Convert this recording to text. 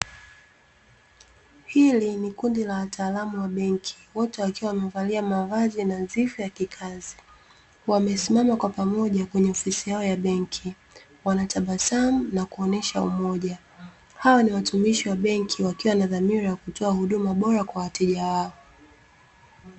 Hili ni kundi la wataalamu wa benki, wote wakiwa wamevalia mavazi nadhifu ya kikazi. Wamesimama kwa pamoja kwenye ofisi yao ya benki, wanatabasamu na kuonyesha umoja. Hawa ni watumishi wa benki wakiwa na dhamira ya kutoa huduma bora kwa wateja wao.